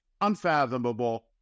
unfathomable